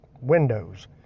windows